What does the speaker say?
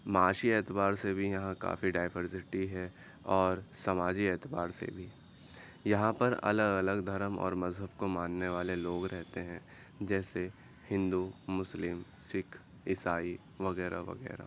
معاشی اعتبار سے بھی یہاں کافی ڈائیورسٹی ہے اور سماجی اعتبار سے بھی یہاں پر الگ الگ دھرم اور مذہب کو ماننے والے لوگ رہتے ہیں جیسے ہندو مسلم سکھ عیسائی وغیرہ وغیرہ